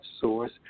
Source